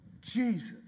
Jesus